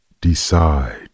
Decide